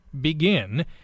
begin